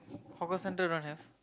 hawker center don't have